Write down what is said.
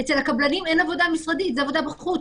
אצל הקבלנים אין עבודה משרדית, זו עבודה בחוץ.